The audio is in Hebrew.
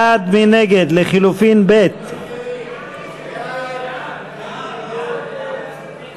קבוצת סיעת רע"ם-תע"ל-מד"ע וקבוצת סיעת